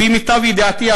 לפי מיטב ידיעתי,